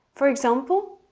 for example,